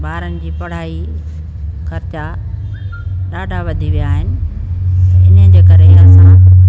ॿारनि जी पढ़ाई ख़र्चा ॾाढा वधी विया आहिनि इनजे करे असां